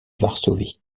varsovie